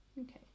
Okay